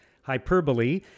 hyperbole